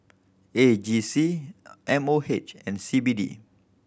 A G C M O H and C B D